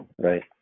Right